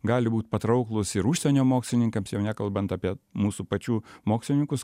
gali būt patrauklūs ir užsienio mokslininkams jau nekalbant apie mūsų pačių mokslininkus